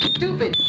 Stupid